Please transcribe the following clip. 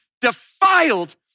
defiled